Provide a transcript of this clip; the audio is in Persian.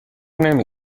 نمی